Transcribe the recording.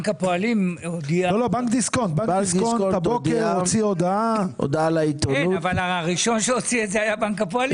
הודיע ללקוחות- -- אבל הראשון שהוציאו היו בנק הפועלים.